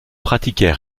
pratiquait